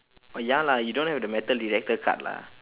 oh ya lah you don't have the metal detector card lah